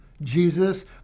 Jesus